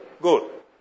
Good